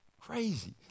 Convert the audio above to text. Crazy